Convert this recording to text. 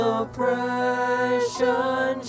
oppression